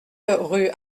rue